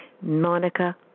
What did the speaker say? Monica